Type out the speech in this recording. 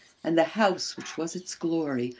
and the house which was its glory,